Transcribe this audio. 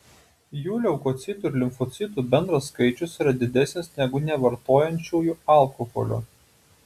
jų leukocitų ir limfocitų bendras skaičius yra didesnis negu nevartojančiųjų alkoholio